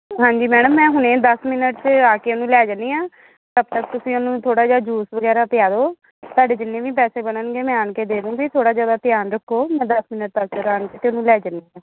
ਹਾਂਜੀ ਮੈਡਮ ਮੈਂ ਹੁਣੇ ਦਸ ਮਿੰਨਟ 'ਚ ਆ ਕੇ ਉਹਨੂੰ ਲੈ ਜਾਂਦੀ ਹਾਂ ਤੁਸੀਂ ਉਹਨੂੰ ਥੋੜ੍ਹਾ ਜਿਹਾ ਜੂਸ ਵਗੈਰਾ ਪਿਆ ਦਿਉ ਤੁਹਾਡੇ ਜਿੰਨੇ ਵੀ ਪੈਸੇ ਬਣਨਗੇ ਮੈਂ ਆਣ ਕੇ ਦੇ ਦੂੰਗੀ ਥੋੜ੍ਹਾ ਜਿਹਾ ਉਹਦਾ ਧਿਆਨ ਰੱਖੋ ਮੈਂ ਦਸ ਮਿੰਨਟ ਤੱਕਰ ਆਣ ਕੇ ਅਤੇ ਉਹਨੂੰ ਲੈ ਜਾਂਦੀ ਹਾਂ